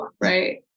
right